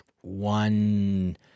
one